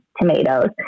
tomatoes